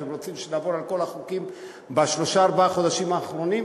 אתם רוצים שנעבור על כל החוקים משלושת-ארבעת החודשים האחרונים,